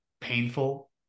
painful